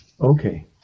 Okay